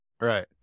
right